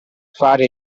fare